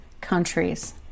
countries